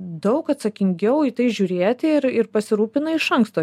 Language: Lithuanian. daug atsakingiau į tai žiūrėti ir ir pasirūpina iš anksto